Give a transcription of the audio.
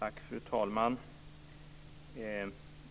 Fru talman!